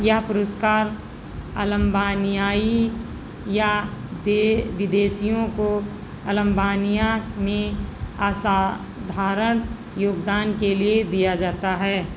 यह पुरुस्कार अल्बानियाई या ये विदेशियों को अल्बानिया में असाधारण योगदान के लिए दिया जाता है